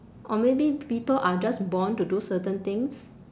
or maybe people are just born to do certain things